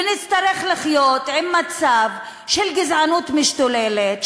ונצטרך לחיות עם מצב של גזענות משתוללת,